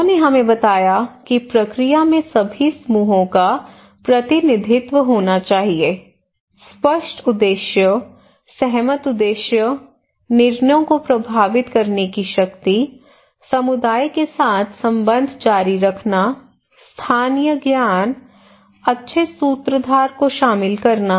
लोगों ने हमें बताया कि प्रक्रिया में सभी समूहों का प्रतिनिधित्व होना चाहिए स्पष्ट उद्देश्य सहमत उद्देश्य निर्णयों को प्रभावित करने की शक्ति समुदाय के साथ संबंध जारी रखना स्थानीय ज्ञान अच्छे सूत्रधार को शामिल करना